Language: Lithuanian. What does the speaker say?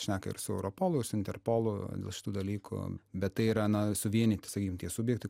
šneka ir su europolu ir su interpolu dėl šitų dalykų bet tai yra na suvienyti sakykim tie subjektai